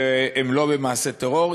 ולא ממעשה טרור.